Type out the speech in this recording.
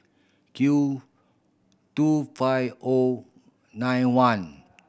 Q two five O nine one